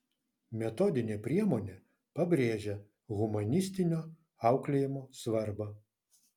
metodinė priemonė pabrėžia humanistinio auklėjimo svarbą